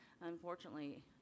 unfortunately